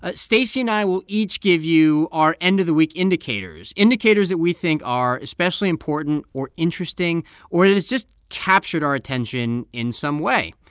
ah stacey and i will each give you our end-of-the-week indicators indicators that we think are especially important or interesting or that has just captured our attention in some way.